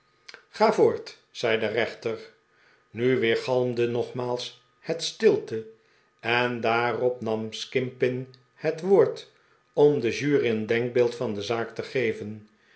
ga voort zei de rechter nu weergalmde nogmaals het stilte en daarop nam skimpin het woord om de jury een denkbeeld van de zaak te geven